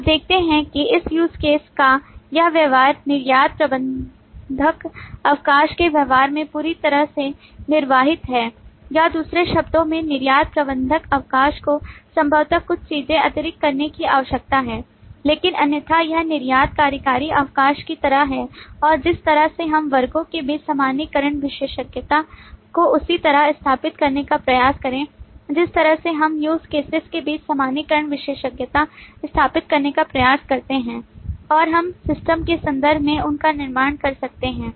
आप देखते हैं कि इस USE CASE का यह व्यवहार निर्यात प्रबंधक अवकाश के व्यवहार में पूरी तरह से निर्वाहित है या दूसरे शब्दों में निर्यात प्रबंधक अवकाश को संभवतः कुछ चीजें अतिरिक्त करने की आवश्यकता है लेकिन अन्यथा यह निर्यात कार्यकारी अवकाश की तरह है और जिस तरह से हम वर्गों के बीच सामान्यीकरण विशेषज्ञता को उसी तरह स्थापित करने का प्रयास करें जिस तरह से हम use cases के बीच सामान्यीकरण विशेषज्ञता स्थापित करने का प्रयास करते हैं और हम सिस्टम के संदर्भ में उन का निर्माण कर सकते हैं